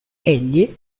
egli